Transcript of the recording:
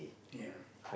ya